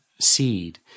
seed